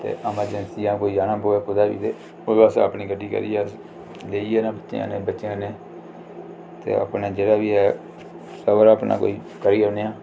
ते एमरजैंसी जां कोई जाना पवै कुदै बी ते ओह्दे आस्तै अपनी गड्डी करियै ते देइयै बच्चें कन्नै ते अपना जेह्ड़ा बी ऐ करी जन्ने आं